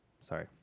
sorry